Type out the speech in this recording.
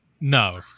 no